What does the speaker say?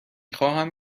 خواهم